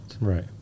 Right